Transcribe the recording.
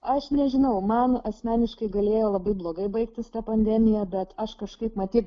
aš nežinau man asmeniškai galėjo labai blogai baigtis ta pandemija bet aš kažkaip matyt